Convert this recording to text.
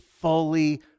fully